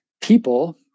people